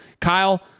Kyle